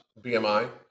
BMI